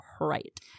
right